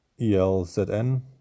ELZN